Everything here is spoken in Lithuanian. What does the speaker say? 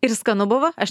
ir skanu buvo aš